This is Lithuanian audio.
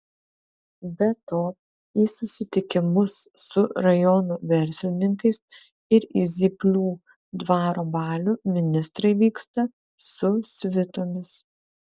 be to į susitikimus su rajono verslininkais ir į zyplių dvaro balių ministrai vyksta su svitomis